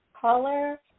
caller